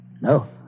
No